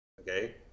Okay